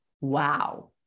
wow